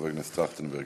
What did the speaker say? חבר הכנסת טרכטנברג,